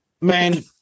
man